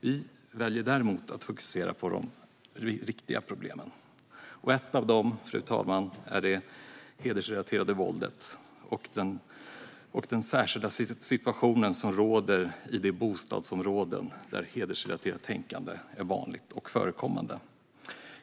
Vi väljer däremot att fokusera på de riktiga problemen. Ett av dem, fru talman, är det hedersrelaterade våldet och den särskilda situation som råder i de bostadsområden där hedersrelaterat tänkande är vanligt förekommande.